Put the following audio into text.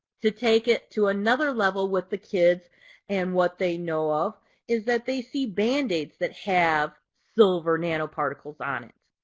to take it to another level with the kids and what they know of is that they see bandaids that have silver nanoparticles on it.